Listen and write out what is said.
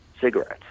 cigarettes